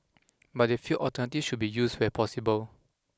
but they feel alternative should be used where possible